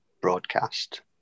broadcast